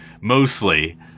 mostly